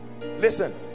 listen